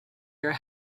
your